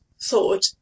thought